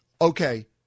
Okay